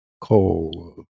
coal